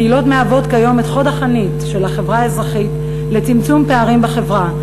הקהילות מהוות כיום את חוד החנית של החברה האזרחית לצמצום פערים בחברה,